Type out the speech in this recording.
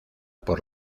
por